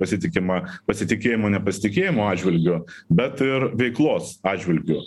pasitikima pasitikėjimo nepasitikėjimo atžvilgiu bet ir veiklos atžvilgiu